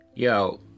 Yo